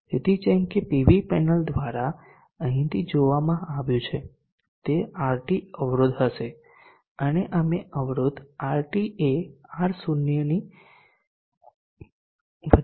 તેથી જેમ કે પીવી પેનલ દ્વારા અહીંથી જોવામાં આવ્યું છે તે RT અવરોધ હશે અને અમે અવરોધ RT અને R0 વચ્ચેનો સંબધ શોધીશું